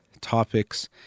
topics